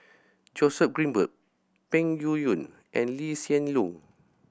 Joseph Grimberg Peng Yuyun and Lee Hsien Loong